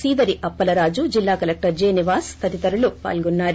సీదరి అప్పలరాజు జిల్లా collector J Nivas తదితరులు పాల్గొన్నారు